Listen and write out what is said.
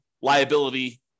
liability